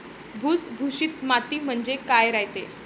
भुसभुशीत माती म्हणजे काय रायते?